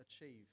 achieve